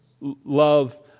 love